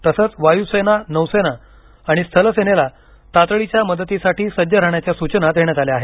तसंच वायूसेना नौसेना आणि स्थलसेनेला तातडीच्या मदतीसाठी सज्ज राहण्याच्या सूचना देण्यात आल्या आहेत